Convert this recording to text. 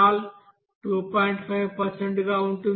5 గా ఉంటుంది